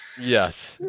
Yes